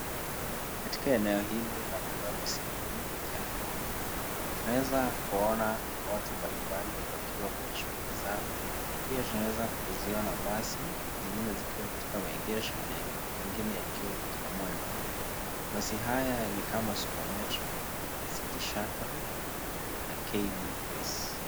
Katika eneo hili la Nairobi CBD KENCOM tunaeza kuwaona watu mbalimbali wakiwa kwenye shughulu zao pia tunaweza kuziona basi zingine zikiwa katika maegesho mengi mengine yakiwa katika mwendo basi haya ni kama super metro, cty shuttle nsa Kbs